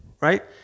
right